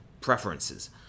preferences